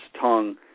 tongue